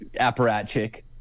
apparatchik